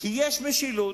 כי יש משילות.